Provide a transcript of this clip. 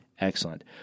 Excellent